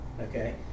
okay